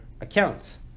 Accounts